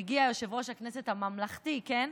מגיע יושב-ראש הכנסת, הממלכתי, כן,